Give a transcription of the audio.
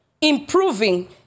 improving